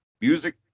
music